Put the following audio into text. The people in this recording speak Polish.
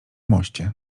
moście